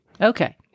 Okay